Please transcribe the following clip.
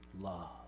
love